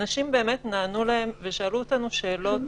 אנשים באמת נענו להן ושאלו אותנו שאלות.